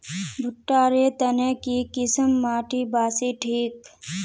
भुट्टा र तने की किसम माटी बासी ठिक?